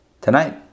tonight